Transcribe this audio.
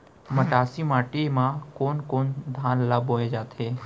मटासी माटी मा कोन कोन धान ला बोये जाथे?